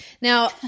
Now